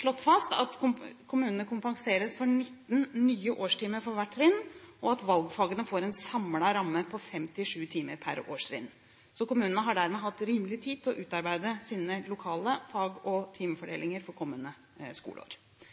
slått fast at kommunene kompenseres for 19 nye årstimer for hvert trinn, og at valgfagene får en samlet ramme på 57 timer per årstrinn. Kommunene har dermed hatt rimelig tid til å utarbeide sine lokale fag- og